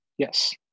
Yes